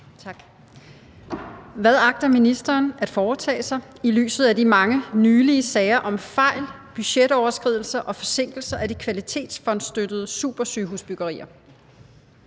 Tak. Hvad agter ministeren at foretage sig i lyset af de mange nylige sager om fejl, budgetoverskridelser og forsinkelser af de kvalitetsfondsstøttede supersygehusbyggerier?